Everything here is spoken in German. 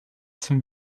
zum